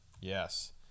Yes